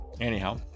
Anyhow